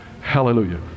Hallelujah